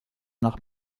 nach